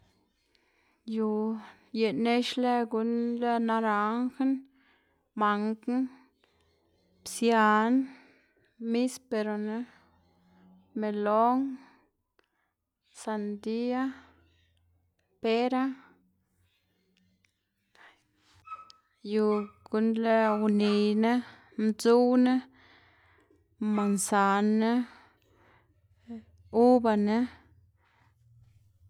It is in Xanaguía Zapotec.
Yu ye nex guꞌn lë naranjna, mangna, psiana, misperona, melon, sandiya, pera, yu guꞌn lë uniyna, ndzuwna, mansanna, ubana.